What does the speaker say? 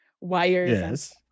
wires